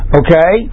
okay